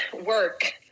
Work